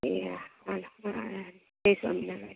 એ હા ચાલો હા જય સ્વામિનારાયણ